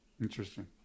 Interesting